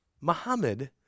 Muhammad